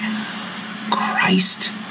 Christ